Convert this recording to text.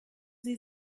sie